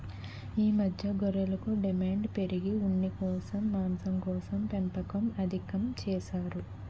ఈ మధ్య గొర్రెలకు డిమాండు పెరిగి ఉన్నికోసం, మాంసంకోసం పెంపకం అధికం చేసారు